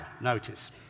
Notice